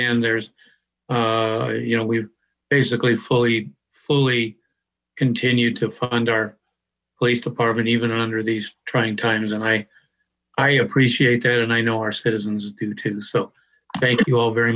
end there's you know we've basically fully fully continued to fund our police department even under these trying times and i i appreciate that and i know our citizens d too so thank you all very